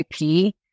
IP